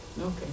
okay